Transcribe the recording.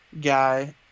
guy